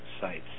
sites